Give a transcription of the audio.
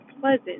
pleasant